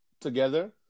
together